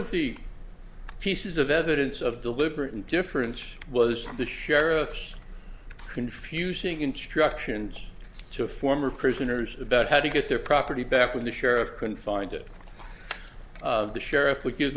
of the pieces of evidence of deliberate indifference was the sheriff's confusing instructions to former prisoners about how to get their property back when the sheriff couldn't find it the sheriff would give